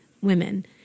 women